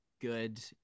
good